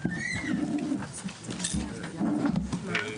הישיבה ננעלה בשעה 12:30.